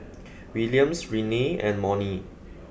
Williams Renea and Monnie